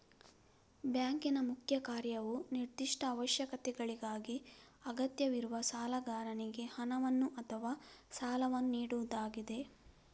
ಬ್ಯಾಂಕಿನ ಮುಖ್ಯ ಕಾರ್ಯವು ನಿರ್ದಿಷ್ಟ ಅವಶ್ಯಕತೆಗಳಿಗಾಗಿ ಅಗತ್ಯವಿರುವ ಸಾಲಗಾರನಿಗೆ ಹಣವನ್ನು ಅಥವಾ ಸಾಲವನ್ನು ನೀಡುವುದಾಗಿದೆ